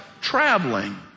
traveling